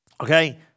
Okay